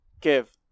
give